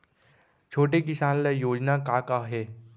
छोटे किसान ल योजना का का हे?